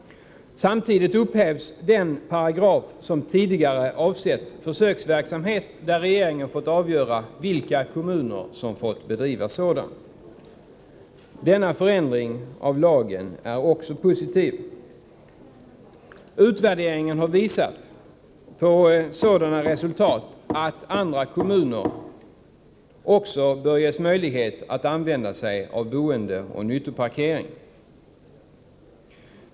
Samtidigt upphävs den paragraf som tidigare avsett försöksverksamhet och enligt vilken regeringen kunnat avgöra vilka kommuner som fått bedriva sådan. Denna förändring av lagen är också positiv. Utvärderingen har visat på sådana resultat att andra kommuner också bör ges möjlighet att använda sig av boendeoch nyttoparkering.